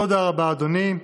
תודה רבה, אדוני.